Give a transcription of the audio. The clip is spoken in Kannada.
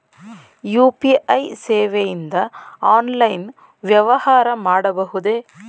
ಯು.ಪಿ.ಐ ಸೇವೆಯಿಂದ ಆನ್ಲೈನ್ ವ್ಯವಹಾರ ಮಾಡಬಹುದೇ?